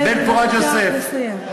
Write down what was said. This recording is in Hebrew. בבקשה לסיים.